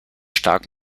stark